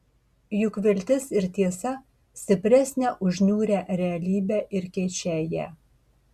juk viltis ir tiesa stipresnę už niūrią realybę ir keičią ją